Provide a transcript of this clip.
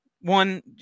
One